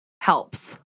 helps